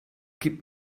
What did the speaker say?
gibt